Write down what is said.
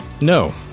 No